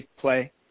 play